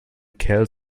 kerl